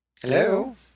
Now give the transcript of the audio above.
Hello